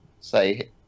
say